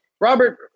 Robert